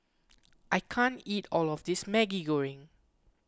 I can't eat all of this Maggi Goreng